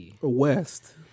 West